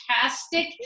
fantastic